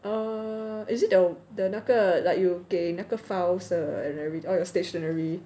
err is it the the 那个 like you 给那个 files 的 and with all the stationery